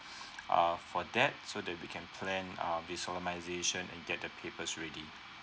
err for that so that we can plan uh the solemnisation and get the papers ready